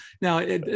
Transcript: Now